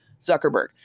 Zuckerberg